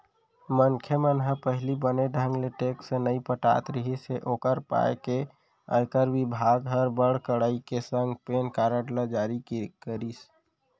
मनखे मन पहिली बने ढंग ले टेक्स नइ पटात रिहिस हे ओकर पाय के आयकर बिभाग हर बड़ कड़ाई के संग पेन कारड ल जारी करिस